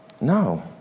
No